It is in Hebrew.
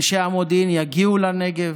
אנשי המודיעין יגיעו לנגב,